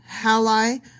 Halai